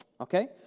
Okay